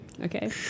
Okay